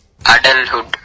Adulthood